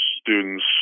students